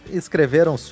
escreveram